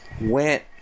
went